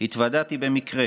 התוודעתי במקרה